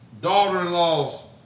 Daughter-in-law's